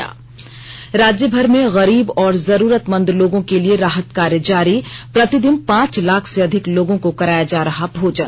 ने राज्यभर में गरीब और जरूरतमंद लोगों के लिए राहत कार्य जारी प्रतिदिन पांच लाख से अधिक लोगों को कराया जा रहा भोजन